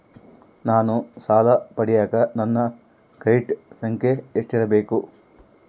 ನಾನು ಸಾಲ ಪಡಿಯಕ ನನ್ನ ಕ್ರೆಡಿಟ್ ಸಂಖ್ಯೆ ಎಷ್ಟಿರಬೇಕು?